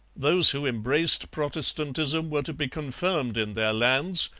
those who embraced protestantism were to be confirmed in their lands,